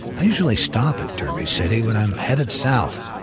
i usually stop at derby city when i'm headed south.